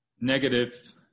negative